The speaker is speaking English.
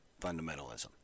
fundamentalism